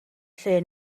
lle